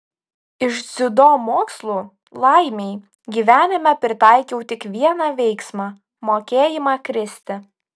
iš dziudo mokslų laimei gyvenime pritaikiau tik vieną veiksmą mokėjimą kristi